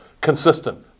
consistent